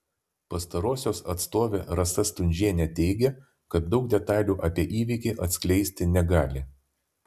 pastarosios atstovė rasa stundžienė teigė kad daug detalių apie įvykį atskleisti negali